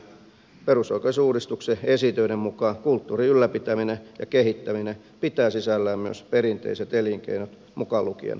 perusoikeusuudistuksen esitöiden mukaan kulttuurin ylläpitäminen ja kehittäminen pitää sisällään myös perinteiset elinkeinot mukaan lukien kalastuksen